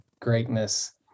greatness